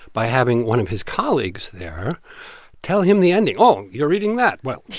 by having one of his colleagues there tell him the ending. oh, you're reading that well,